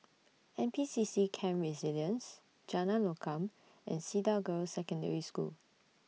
N P C C Camp Resilience Jalan Lokam and Cedar Girls' Secondary School